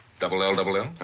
double l, double l?